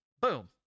Boom